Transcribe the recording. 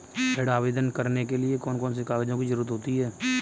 ऋण आवेदन करने के लिए कौन कौन से कागजों की जरूरत होती है?